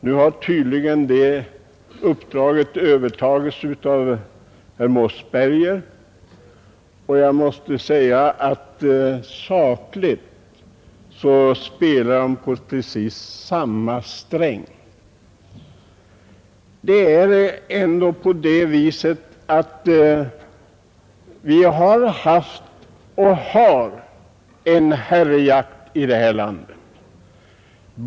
Nu har tydligen hans uppdrag övertagits av herr Mossberger och jag måste säga att sakligt spelar de på precis samma sträng. Det är ändå så att vi har haft och har en herrejakt i vårt land.